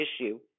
issue